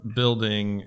building